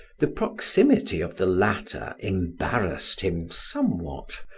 the proximity of the latter embarrassed him somewhat,